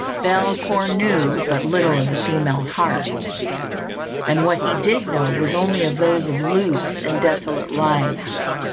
belcour knew but little of the female heart and what he did know was only of those of loose and dissolute lives.